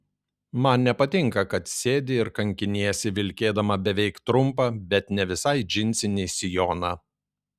man nepatinka kad sėdi ir kankiniesi vilkėdama beveik trumpą bet ne visai džinsinį sijoną